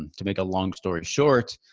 and to make a long story short.